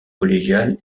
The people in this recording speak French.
collégial